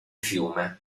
fiume